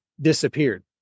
disappeared